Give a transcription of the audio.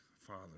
Father